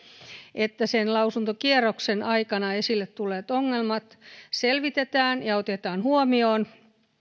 että sen lausuntokierroksen aikana esille tulleet ongelmat selvitetään ja otetaan huomioon